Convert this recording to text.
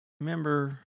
remember